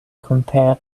compare